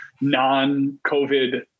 non-COVID